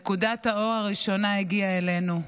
נקודת האור הראשונה הגיעה אלינו.